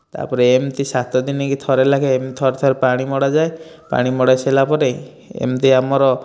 ତା'ପରେ ଏମିତି ସାତଦିନିକୁ ଥରେ ଲେଖାଏଁ ଏମିତି ଥରେ ଥରେ ପାଣି ମଡ଼ାଯାଏ ପାଣି ମଡ଼ାଇ ସାରିଲା ପରେ ଏମିତି ଆମର